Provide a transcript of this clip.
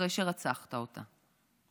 אחרי שרצחת אותה.